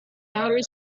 outer